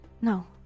no